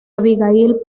abigail